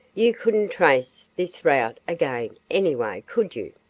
you couldn't trace this route again, anyway, could you?